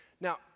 Now